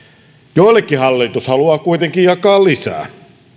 joillekin hallitus haluaa kuitenkin jakaa lisää